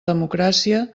democràcia